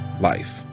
life